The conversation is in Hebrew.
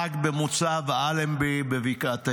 אחי הצעיר, פיני, נהרג במוצב אלנבי בבקעת הירדן.